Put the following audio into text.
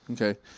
Okay